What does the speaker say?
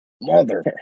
mother